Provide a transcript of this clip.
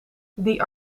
die